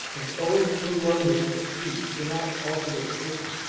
and owing to the lowness of the trees were not altogether hidden,